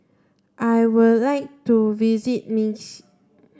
I would like to visit Minsk